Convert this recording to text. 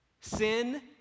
Sin